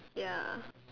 ya